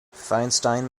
feinstein